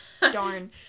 Darn